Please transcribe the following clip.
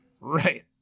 Right